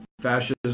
fascism